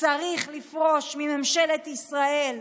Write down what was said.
צריך לפרוש מממשלת ישראל.